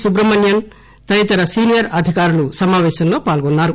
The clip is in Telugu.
సుబ్రమణ్నన్ తదితర సీనియర్ అధికారులు సమాపేశంలో పాల్గొన్నారు